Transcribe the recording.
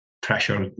pressure